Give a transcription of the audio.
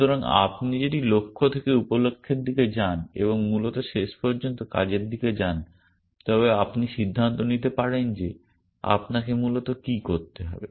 সুতরাং আপনি যদি লক্ষ্য থেকে উপ লক্ষ্যের দিকে যান এবং মূলত শেষ পর্যন্ত কাজের দিকে যান তবে আপনি সিদ্ধান্ত নিতে পারেন যে আপনাকে মূলত কী করতে হবে